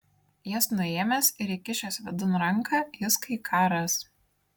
jas nuėmęs ir įkišęs vidun ranką jis kai ką ras